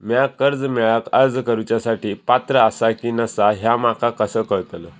म्या कर्जा मेळाक अर्ज करुच्या साठी पात्र आसा की नसा ह्या माका कसा कळतल?